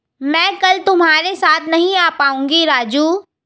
मैं कल तुम्हारे साथ नहीं आ पाऊंगा राजू